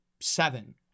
seven